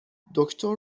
دکتر